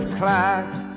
clocks